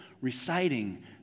reciting